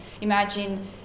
imagine